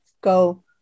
go